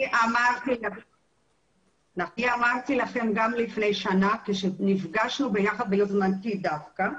אני אמרתי לכם גם לפני שנה כשנפגשנו ביחד מיוזמתי דווקא.